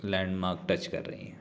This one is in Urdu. لینڈ ماک ٹچ کر رہی ہیں